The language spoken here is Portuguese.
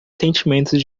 sentimentos